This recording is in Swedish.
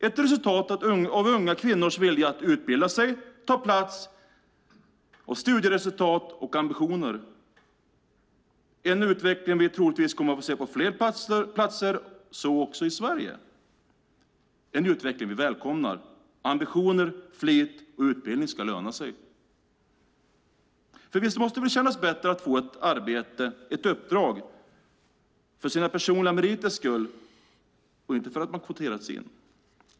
Det är ett resultat av unga kvinnors vilja att utbilda sig och ta plats, deras studieresultat och ambitioner. Det är en utveckling vi troligtvis kommer att få se på fler platser - så också i Sverige. Det är en utveckling vi välkomnar. Ambitioner, flit och utbildning ska löna sig. Visst måste det kännas bättre att få ett arbete, ett uppdrag, för sina personliga meriters skull och inte för att man har kvoterats in?